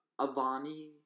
Avani